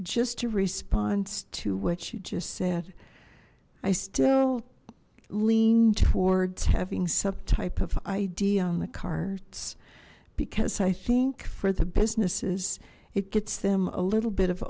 just a response to what you just said i still lean towards having some type of id on the cards because i think for the businesses it gets them a little bit of